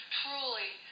truly